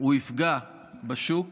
הוא יפגע בשוק